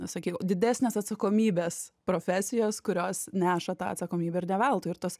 sakyk didesnės atsakomybės profesijos kurios neša tą atsakomybę ir ne veltui ir tos